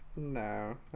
No